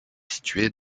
située